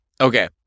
Okay